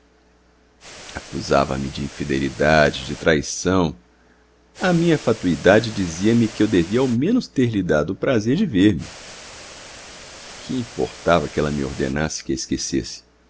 acusava me de infidelidade de traição a minha fatuidade dizia-me que eu devia ao menos ter-lhe dado o prazer de ver-me que importava que ela me ordenasse que a esquecesse